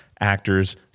actors